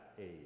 age